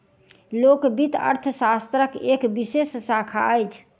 लोक वित्त अर्थशास्त्रक एक विशेष शाखा अछि